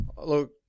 Look